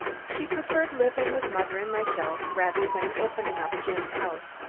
she preferred living with mother and myself, rather than opening up jim's house,